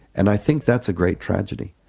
and i think that's a great tragedy.